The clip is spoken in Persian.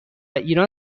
ایران